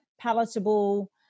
palatable